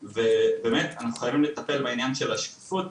ובאמת אנחנו חייבים לטפל בעניין של השקיפות.